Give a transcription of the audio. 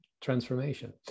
transformation